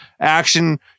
action